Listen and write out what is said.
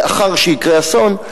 לאחר שיקרה אסון,